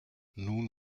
nun